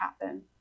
happen